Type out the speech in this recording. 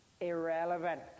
irrelevant